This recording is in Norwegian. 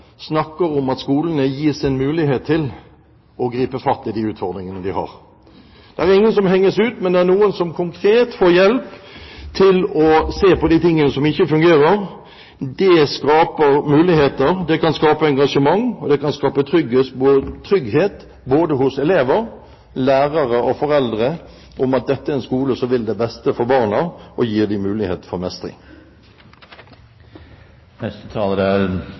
snakker om at skolene gis en mulighet til å gripe fatt i de utfordringene de har. Det er ingen som henges ut, men det er noen som konkret får hjelp til å se på de tingene som ikke fungerer. Det skaper muligheter, det kan skape engasjement, og det kan skape trygghet, både hos elever, lærere og foreldre, for at dette er en skole som vil det beste for barna og som gir dem mulighet for